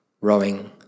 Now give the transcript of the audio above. rowing